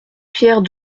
pierre